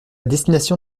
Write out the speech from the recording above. destination